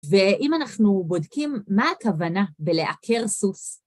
ואם אנחנו בודקים מה הכוונה בלעקר סוס.